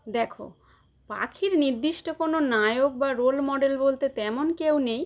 দেখো পাখির নির্দিষ্ট কোনো নায়ক বা রোল মডেল বলতে তেমন কেউ নেই